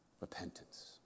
repentance